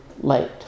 late